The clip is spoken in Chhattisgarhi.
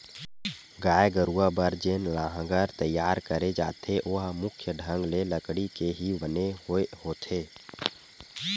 गाय गरुवा बर जेन लांहगर तियार करे जाथे ओहा मुख्य ढंग ले लकड़ी के ही बने होय होथे